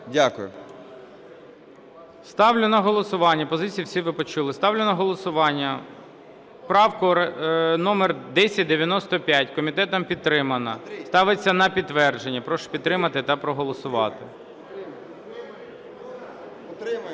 Ставлю на голосування. Позицію всі ви почули. Ставлю на голосування правку номер 1095. Комітетом підтримана. Ставиться на підтвердження. Прошу підтримати та проголосувати.